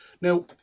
Now